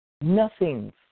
Nothing's